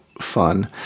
fun